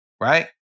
Right